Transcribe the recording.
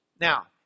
Now